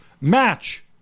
Match